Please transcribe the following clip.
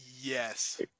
Yes